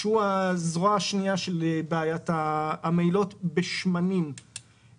שהוא הזרוע השנייה של בעיית המהילות בשמנים,